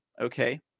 Okay